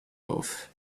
off